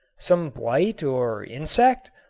some blight or insect?